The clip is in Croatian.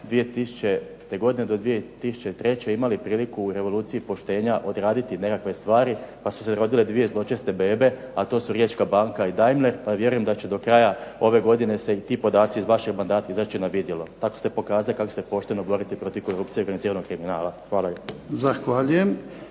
godine do 2003. imali priliku u revoluciji poštenja odraditi nekakve stvari pa su se rodile 2 zločeste bebe, a to su Riječka banka i Daimler pa vjerujem da će do kraja ove godine se i ti podaci iz vašeg mandata izaći na vidjelo. Tako ste pokazali kako se pošteno boriti protiv korupcije i organiziranog kriminala. Hvala